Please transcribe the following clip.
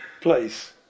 place